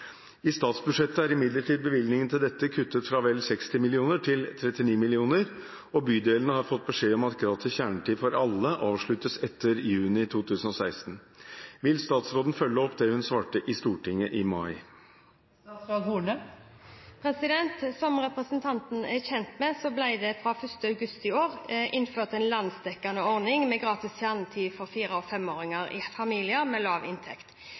I statsbudsjettet er imidlertid bevilgningene til dette kuttet fra vel 60 mill. kr til 39 mill. kr, og bydelene har fått beskjed om at gratis kjernetid for alle avsluttes etter juni 2016. Vil statsråden følge opp det hun svarte i Stortinget i mai?» Som representanten er kjent med, ble det fra 1. august i år innført en landsdekkende ordning med gratis kjernetid for fire- og femåringer i familier med lav inntekt.